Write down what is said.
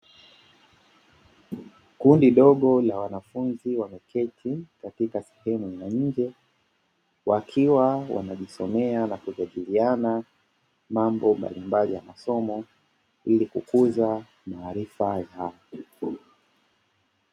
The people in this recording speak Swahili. Kundi dogo la wanafunzi wameketi katika sehemu ya nje, wakiwa wanajisomea na kujadiliana mambo mbalimbali ya masomo ili kukuza maarifa.